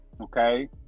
okay